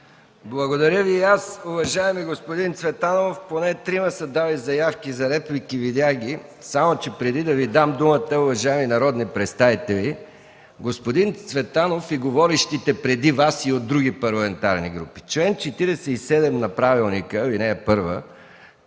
Благодаря Ви и аз, уважаеми господин Цветанов. Поне трима са дали заявки за реплики. Само че преди да Ви дам думата, уважаеми народни представители, господин Цветанов и говорещите преди Вас от други парламентарни групи – чл. 47, ал. 1 на правилника дава право